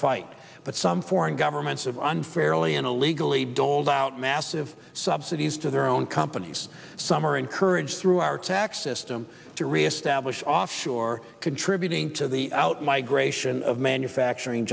fight but some foreign governments of unfairly and illegally doled out massive subsidies to their own companies some are encourage through our tax system to reestablish offshore contributing to the out migration of manufacturing